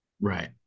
Right